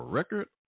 record